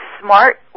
smart